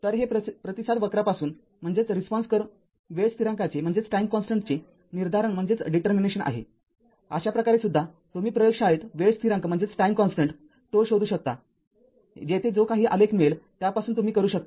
तर हे प्रतिसाद वक्रापासून वेळ स्थिरांकाचे निर्धारण आहेअशा प्रकारे सुद्धा तुम्ही प्रयोगशाळेत वेळ स्थिरांक ζ शोधू शकता जेथे जो काही आलेख मिळेल त्यापासून तुम्ही करू शकता